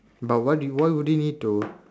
but why do you why would you need to